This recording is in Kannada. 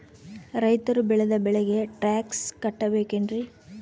ರೈತರು ಬೆಳೆದ ಬೆಳೆಗೆ ಟ್ಯಾಕ್ಸ್ ಕಟ್ಟಬೇಕೆನ್ರಿ?